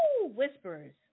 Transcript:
Whispers